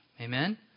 Amen